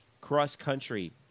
cross-country